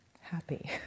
happy